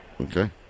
Okay